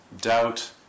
doubt